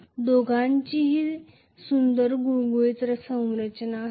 दोघांचीही सुंदर गुळगुळीत रचना असेल